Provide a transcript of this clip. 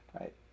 right